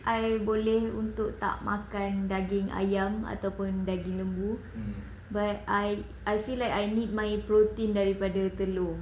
I boleh untuk tak makan daging ayam atau pun daging lembu but I feel like I need my protein daripada telur